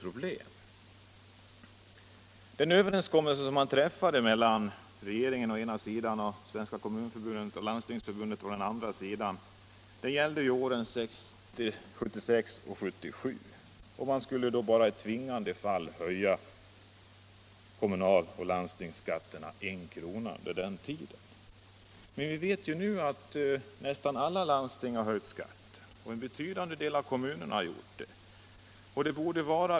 Den överenskommelse som träffades mellan regeringen å ena sidan och Svenska kommunförbundet och Landstingsförbundet å andra sidan gällde åren 1976 och 1977. Överenskommelsen innebar att man bara i tvingande fall skulle höja kommunaloch landstingsskatterna med 1 kr. under den tiden. Men vi vet att nästan alla landsting har höjt skatten liksom en betydande del av kommunerna.